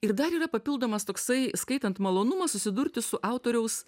ir dar yra papildomas toksai skaitant malonumas susidurti su autoriaus